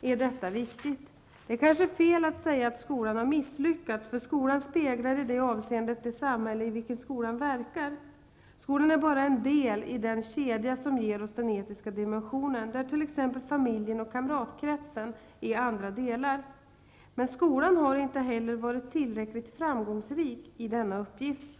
är detta viktigt. Det är kanske fel att säga att skolan har misslyckats, för skolan speglar i det avseendet det samhälle i vilket skolan verkar. Skolan är bara en del i den kedja som ger oss den etiska dimensionen, där t.ex. familjen och kamratkretsen är andra delar. Men skolan har inte heller varit tillräckligt framgångsrik i denna uppgift.